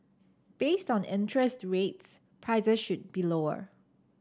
based on interest rates prices should be lower